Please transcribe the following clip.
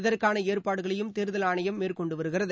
இதற்கான ஏற்பாடுகளையும் தேர்தல் ஆணையம் மேற்கொண்டு வருகிறது